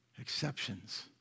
exceptions